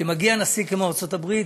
כשמגיע נשיא כמו נשיא ארצות הברית,